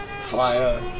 fire